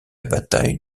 bataille